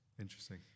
Interesting